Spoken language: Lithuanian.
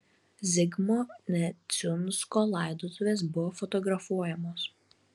zigmo neciunsko laidotuvės buvo fotografuojamos